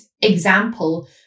example